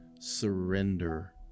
surrender